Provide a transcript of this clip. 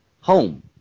Home